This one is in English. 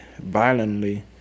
violently